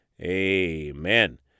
Amen